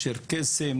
צ'רקסים,